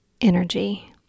energy